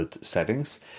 Settings